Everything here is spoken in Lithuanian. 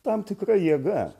tam tikra jėga